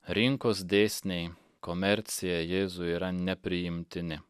rinkos dėsniai komercija jėzui yra nepriimtini